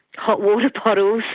hot water bottles,